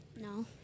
No